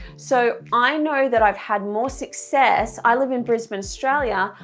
so i know that i've had more success i live in brisbane australia,